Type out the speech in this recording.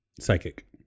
Psychic